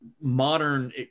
modern